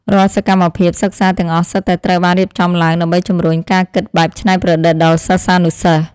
រាល់សកម្មភាពសិក្សាទាំងអស់សុទ្ធតែត្រូវបានរៀបចំឡើងដើម្បីជំរុញការគិតបែបច្នៃប្រឌិតដល់សិស្សានុសិស្ស។